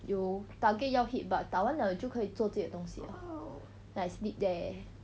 有 target 要 hit but 打完了就可以做自己的东西了 like I sleep there